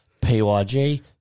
PYG